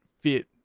fit